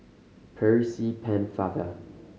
Percy Pennefather